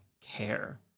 care